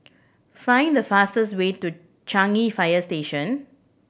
find the fastest way to Changi Fire Station